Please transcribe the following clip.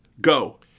Go